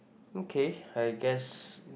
okay I guess